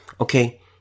Okay